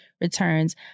returns